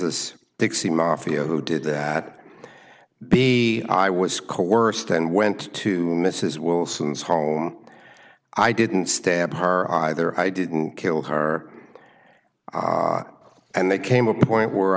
this dixie mafia who did that b i was coerced and went to mrs wilson's home i didn't stab her either i didn't kill her and they came a point where